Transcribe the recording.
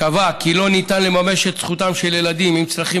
קבע כי לא ניתן לממש את זכותם של ילדים עם צרכים